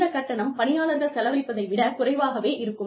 இந்த கட்டணம் பணியாளர்கள் செலவழிப்பதை விட குறைவாகவே இருக்கும்